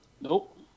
Nope